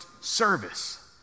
service